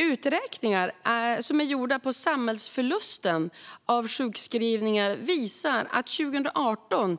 Uträkningar som är gjorda på samhällsförlusten av sjukskrivningar visar att denna kostnad 2018